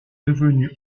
devenu